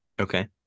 Okay